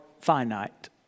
finite